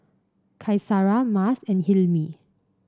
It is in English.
Qaisara Mas and Hilmi